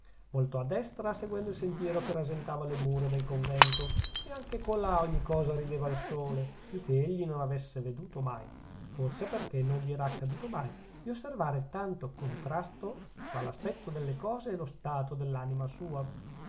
voltò a destra seguendo il sentiero che rasentava le mura del convento ed anche colà ogni cosa rideva al sole più che egli non avesse veduto mai forse perchè non gli era accaduto mai di osservare tanto contrasto fra l'aspetto delle cose e lo stato dell'anima sua